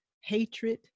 hatred